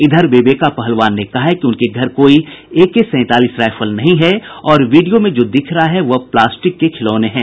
इधर विवेका पहलवान ने कहा है कि उनके घर कोई एके सैंतालीस राइफल नहीं है और वीडियो में जो दिख रहा है वह प्लास्टिक के खिलौने हैं